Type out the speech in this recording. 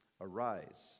Arise